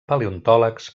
paleontòlegs